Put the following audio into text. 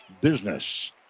business